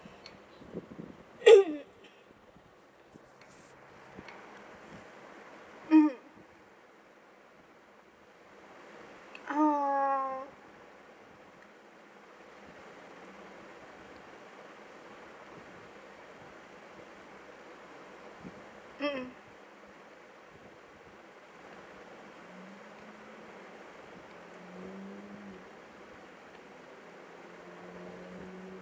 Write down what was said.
ha mmhmm